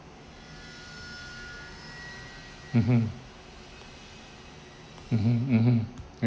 mmhmm mmhmm mmhmm